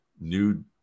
new